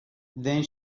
then